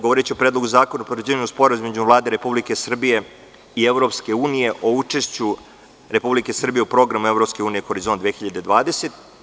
Govoriću o Predlogu zakona o potvrđivanju Sporazuma između Vlade Republike Srbije i Evropske unije o učešću Republike Srbije u programu Evropske unije Horizont 2020.